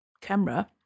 camera